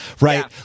right